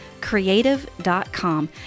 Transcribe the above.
creative.com